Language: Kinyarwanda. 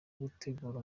gutegura